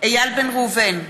איל בן ראובן,